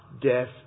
death